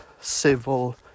civil